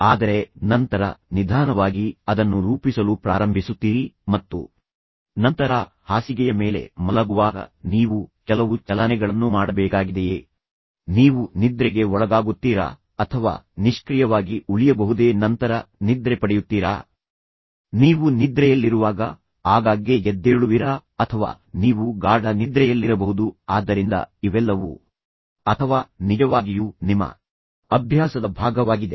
ಆದರೆ ನಂತರ ನಿಧಾನವಾಗಿ ಅದನ್ನು ರೂಪಿಸಲು ಪ್ರಾರಂಭಿಸುತ್ತೀರಿ ಮತ್ತು ನಂತರ ಹಾಸಿಗೆಯ ಮೇಲೆ ಮಲಗುವಾಗ ನೀವು ಕೆಲವು ಚಲನೆಗಳನ್ನು ಮಾಡಬೇಕಾಗಿದೆಯೇ ನೀವು ನಿಮ್ಮ ದೇಹವನ್ನು ಅಲುಗಾಡಿಸಬೇಕಾಗಿದೆಯೇ ನಿಮ್ಮ ಕಾಲುಗಳನ್ನು ಹಾಗೆ ಚಲಿಸುತ್ತೀರಾ ನೀವು ನಿದ್ರೆಗೆ ಒಳಗಾಗುತ್ತೀರಾ ಅಥವಾ ನೀವು ನಿಷ್ಕ್ರಿಯವಾಗಿ ಉಳಿಯಬಹುದೇ ಮತ್ತು ನಂತರ ನೀವು ನಿದ್ರೆ ಪಡೆಯುತ್ತೀರಾ ನೀವು ನಿದ್ರೆಯಲ್ಲಿರುವಾಗ ಆಗಾಗ್ಗೆ ಎದ್ದೇಳುವಿರಾ ಅಥವಾ ನೀವು ಗಾಢ ನಿದ್ರೆಯಲ್ಲಿರಬಹುದು ಆದ್ದರಿಂದ ಇವೆಲ್ಲವೂ ಅಥವಾ ನಿಜವಾಗಿಯೂ ನಿಮ್ಮ ಅಭ್ಯಾಸದ ಭಾಗವಾಗಿದೆ